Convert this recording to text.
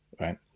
right